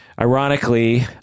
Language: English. Ironically